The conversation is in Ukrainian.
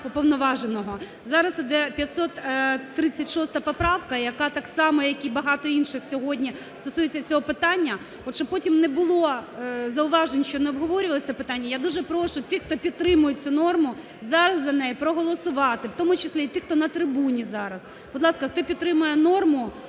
Уповноваженого. Зараз іде 536 поправка, яка так само і багато інших сьогодні стосується цього питання. От, щоб потім не було зауважень, що не обговорювалося це питання, я дуже прошу тих, хто підтримує цю норму, зараз за неї проголосувати, в тому числі і тих, хто на трибуні зараз. Будь ласка, хто підтримує норму